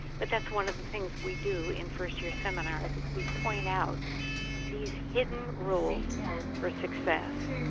but that's one of the things we do in first-year seminars is we point out these hidden rules for success.